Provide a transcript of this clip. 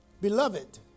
Beloved